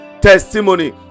testimony